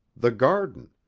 the garden,